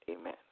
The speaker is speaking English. Amen